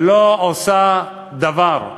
ולא עושה דבר.